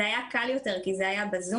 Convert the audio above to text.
זה היה קל יותר, כי זה היה בזום.